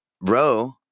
row